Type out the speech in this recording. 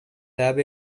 lab